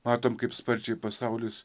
matom kaip sparčiai pasaulis